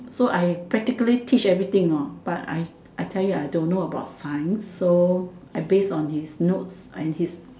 so I practically teach everything you know but I I tell you I don't know about science so I base on his notes and his